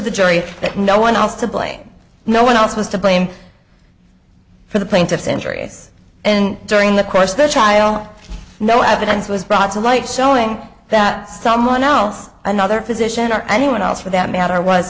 the jury that no one else to blame no one else was to blame for the plaintiff's injuries and during the course the trial no evidence was brought to light showing that someone else another physician or anyone else for that matter was